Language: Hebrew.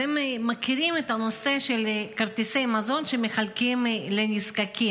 אתם מכירים את הנושא של כרטיסי מזון שמחלקים לנזקקים.